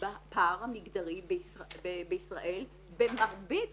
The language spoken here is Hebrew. בפער המגדרי בישראל במרבית